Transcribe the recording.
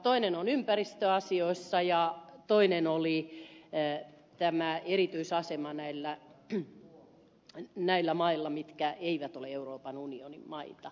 toinen on ympäristöasioissa ja toinen oli erityisasema näillä mailla mitkä eivät ole euroopan unionin maita